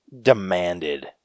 demanded